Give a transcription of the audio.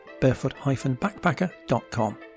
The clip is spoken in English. barefoot-backpacker.com